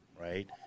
right